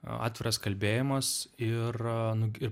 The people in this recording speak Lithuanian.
atviras kalbėjimas ir ir